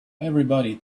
everybody